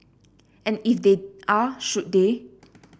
and if they are should they